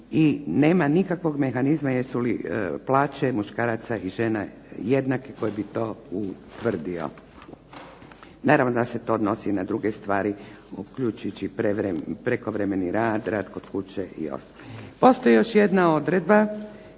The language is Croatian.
I nema nikakvog mehanizma jesu li plaće žena i muškaraca jednake koje bi to utvrdio. Naravno da se to odnosi i na druge stvari uključujući prekovremeni rad, rad kod kuće i ostalo. Postoji još jedna odredba